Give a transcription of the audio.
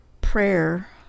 prayer